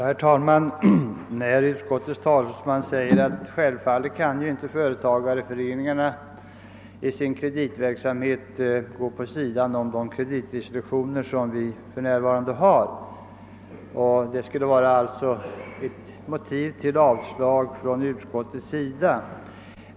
Herr talman! Utskottets talesman säger att företagareföreningarna i sin kreditverksamhet självfallet inte kan gå vid sidan om de kreditrestriktioner som råder för närvarande och att detta alltså skulle vara ett motiv för utskottet att avstyrka förslaget.